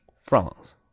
France